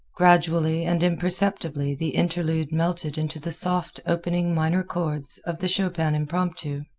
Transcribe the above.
gradually and imperceptibly the interlude melted into the soft opening minor chords of the chopin impromptu.